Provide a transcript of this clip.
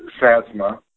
SASMA